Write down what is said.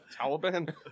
Taliban